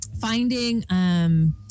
finding